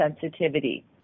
sensitivity